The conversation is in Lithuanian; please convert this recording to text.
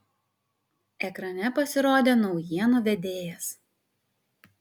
ekrane pasirodė naujienų vedėjas